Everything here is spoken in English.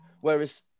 whereas